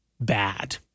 bad